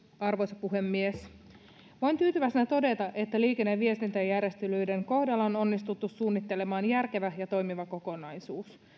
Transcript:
arvoisa puhemies voin tyytyväisenä todeta että liikenne ja viestintäjärjestelyiden kohdalla on onnistuttu suunnittelemaan järkevä ja toimiva kokonaisuus